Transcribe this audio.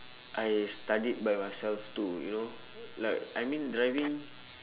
I studied by myself to you know like I mean driving